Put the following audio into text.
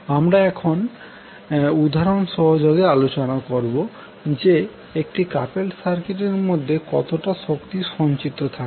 আমরা এখন উদাহরণ সহযোগে আলোচনা করব যে একটি কাপেলড সার্কিট এর মধ্যে কতটা শক্তি সঞ্চিত থাকে